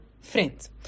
friends